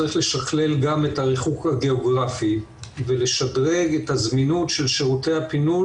צריך לשכלל גם את הריחוק הגאוגרפי ולשדרג את הזמינות של שירותי הפינוי,